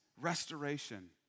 restoration